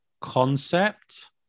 concept